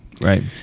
right